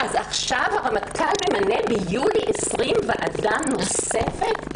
עכשיו הרמטכ"ל ממנה ביולי 2020 ועדה נוספת?